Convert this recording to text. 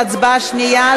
להצבעה השנייה,